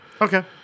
Okay